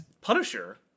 Punisher